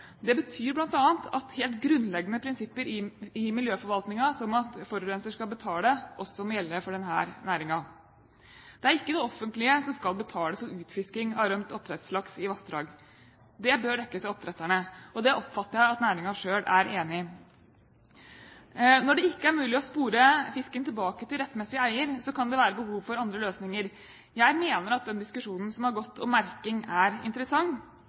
Det betyr bl.a. at helt grunnleggende prinsipper i miljøforvaltningen, som at forurenser skal betale, også må gjelde for denne næringen. Det er ikke det offentlige som skal betale for utfisking av rømt oppdrettslaks i vassdrag, det bør dekkes av oppdretterne, og det oppfatter jeg at næringen selv er enig i. Når det ikke er mulig å spore fisken tilbake til rettmessig eier, kan det være behov for andre løsninger. Jeg mener at den diskusjonen som har gått om merking, er interessant.